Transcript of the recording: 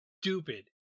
stupid